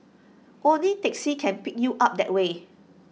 only taxis can pick you up that way